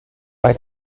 bei